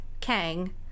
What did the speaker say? Kang